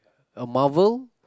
uh Marvel